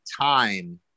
time